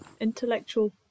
intellectual